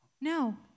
No